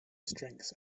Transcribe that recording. strengths